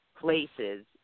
places